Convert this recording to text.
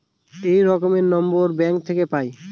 এক রকমের নম্বর ব্যাঙ্ক থাকে পাই